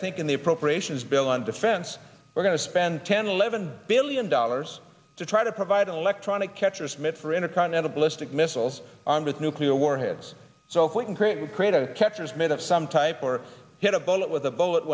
think in the appropriations bill on defense we're going to spend ten eleven billion dollars to try to provide an electronic catcher's mitt for intercontinental ballistic missiles armed with nuclear warheads so we can create and create a catcher's mitt of some type or hit a bullet with a bullet